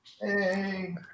Hey